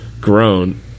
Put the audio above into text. grown